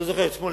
לא זוכר את שמו,